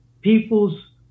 people's